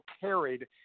carried